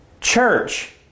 Church